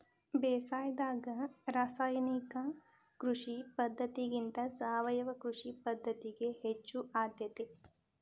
ಬೇಸಾಯದಾಗ ರಾಸಾಯನಿಕ ಕೃಷಿ ಪದ್ಧತಿಗಿಂತ ಸಾವಯವ ಕೃಷಿ ಪದ್ಧತಿಗೆ ಹೆಚ್ಚು ಆದ್ಯತೆ